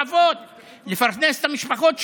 לפרנס את המשפחות שלהם?